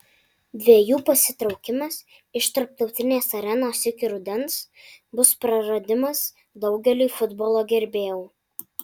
dviejų pasitraukimas iš tarptautinės arenos iki rudens bus praradimas daugeliui futbolo gerbėjų